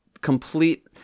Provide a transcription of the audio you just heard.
complete